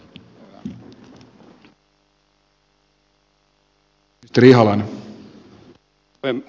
arvoisa puhemies